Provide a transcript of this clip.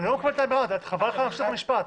חבל לך להשלים את המשפט.